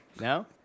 No